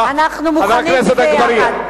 אנחנו מוכנים שזה יהיה יחד.